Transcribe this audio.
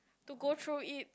to go through it